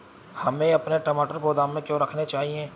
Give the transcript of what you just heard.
हमें अपने टमाटर गोदाम में क्यों रखने चाहिए?